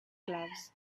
gloves